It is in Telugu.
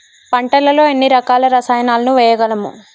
పంటలలో ఎన్ని రకాల రసాయనాలను వేయగలము?